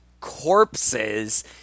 corpses